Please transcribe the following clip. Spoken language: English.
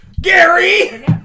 Gary